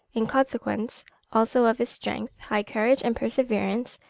in consequence also of his strength, high courage, and perseverance,